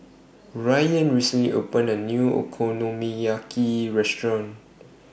Ryann recently opened A New Okonomiyaki Restaurant